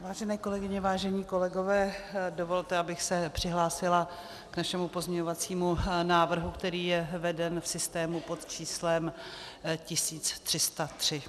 Vážené kolegyně, vážení kolegové, dovolte, abych se přihlásila k našemu pozměňovacímu návrhu, který je veden v systému pod číslem 1303.